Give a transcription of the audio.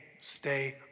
stay